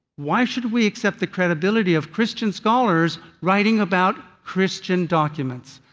why should we accept the credibility of christian scholars writing about christian documents?